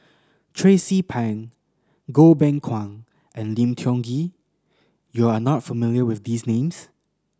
Tracie Pang Goh Beng Kwan and Lim Tiong Ghee you are not familiar with these names